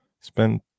Spend